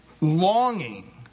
longing